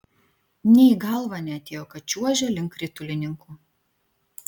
nė į galvą neatėjo kad čiuožia link ritulininkų